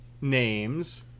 names